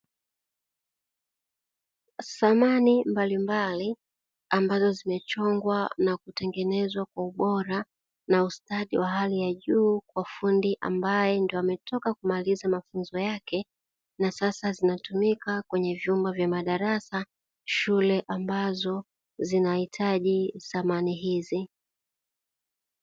Samani mbalimbali ambazo zimechongwa na kutengenezwa kwa ubora na ustadi wa hali ya juu kwa fundi ambaye ndio ametoka kumaliza mafunzo yake, na sasa zinatumika kwenye vyumba vya madarasa shule ambazo zinahitaji samani hizi.